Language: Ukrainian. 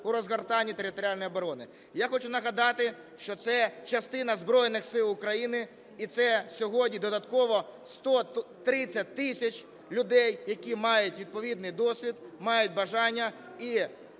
у розгортанні територіальної оборони. Я хочу нагадати, що це частина Збройних Сил України, і це сьогодні додатково 130 тисяч людей, які мають відповідний досвід, мають бажання і